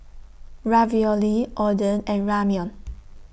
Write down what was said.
Ravioli Oden and Ramyeon